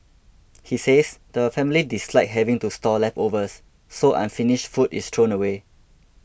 he says the family dislike having to store leftovers so unfinished food is thrown away